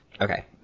Okay